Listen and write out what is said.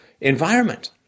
environment